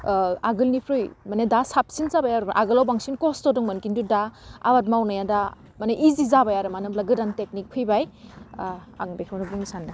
आगोलनिफ्राय माने दा साबसिन जाबाय आरो आगोलाव बांसिन खस्थ' दंमोन खिन्थु दा आबाद मावनाया दा माने इजि जाबाय आरो मानो होनब्ला गोदान टेकनिक फैबाय आं बेखौनो बुंनो सानदों